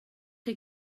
chi